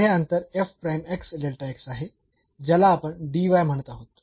तर हे अंतर आहे ज्याला आपण म्हणत आहोत